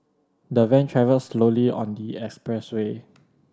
the van travelled slowly on the express way